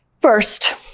First